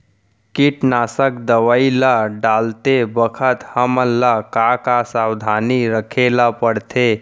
कीटनाशक दवई ल डालते बखत हमन ल का का सावधानी रखें ल पड़थे?